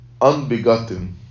unbegotten